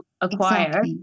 acquire